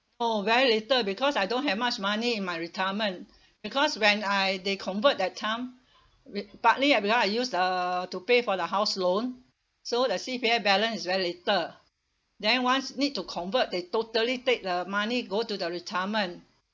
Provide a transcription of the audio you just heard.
oh very little because I don't have much money in my retirement because when I they convert that time wi~ partly ah because I used uh to pay for the house loan so the C_P_F balance is very little then once need to convert they totally take the money go to the retirement